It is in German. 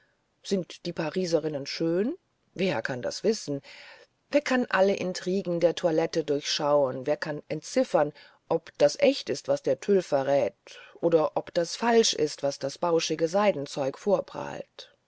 sind die pariserinnen schön wer kann das wissen wer kann alle intrigen der toilette durchschauen wer kann entziffern ob das echt ist was der tüll verrät oder ob das falsch ist was das bauschige seidenzeug vorprahlt